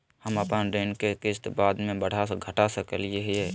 हम अपन ऋण के किस्त बाद में बढ़ा घटा सकई हियइ?